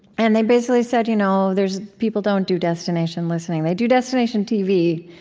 and they basically said you know there's people don't do destination listening. they do destination tv,